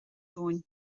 domhain